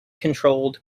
controlled